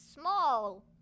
small